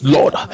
Lord